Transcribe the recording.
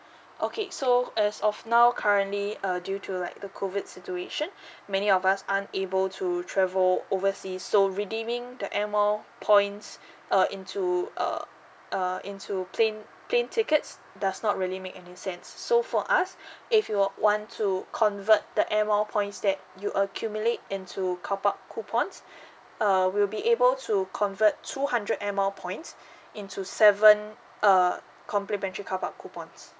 okay so as of now currently uh due to like the COVID situation many of us aren't able to travel oversea so redeeming the air mile points uh into uh uh into plane plane tickets does not really make any sense so for us if you would want to convert the air mile points that you accumulate into carpark coupons uh we'll be able to convert two hundred air mile points into seven err complimentary carpark coupons